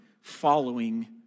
following